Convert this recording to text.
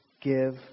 give